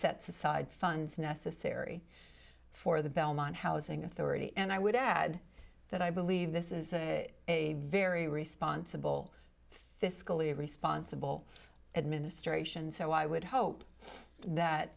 sets aside funds necessary for the belmont housing authority and i would add that i believe this is a very responsible fiscally responsible administration so i would hope that